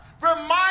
Remind